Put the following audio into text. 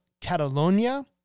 Catalonia